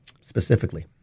specifically